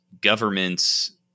governments